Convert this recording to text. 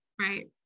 Right